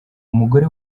umugore